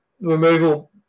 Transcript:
removal